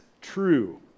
true